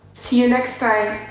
see you next time.